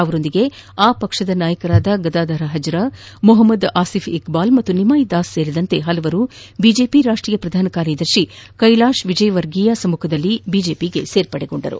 ಅವರೊಂದಿಗೆ ಆ ಪಕ್ಷದ ನಾಯಕರಾದ ಗದಾಧರ್ ಹಾಜ್ರಾ ಮೊಹಮದ್ ಆಸಿಫ್ ಇಕ್ಟಾಲ್ ಮತ್ತು ನಿಮ್ಯೆ ದಾಸ್ ಸೇರಿದಂತೆ ಹಲವರು ಬಿಜೆಪಿ ರಾಷ್ಟೀಯ ಪ್ರಧಾನ ಕಾರ್ಯದರ್ಶಿ ಕೈಲಾಶ್ ವಿಜಯವರ್ಗೀಯ ಸಮ್ಮುಖದಲ್ಲಿ ಬಿಜೆಪಿಗೆ ಸೇರ್ಪಡೆಯಾದರು